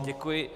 Děkuji.